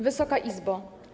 Wysoka Izbo!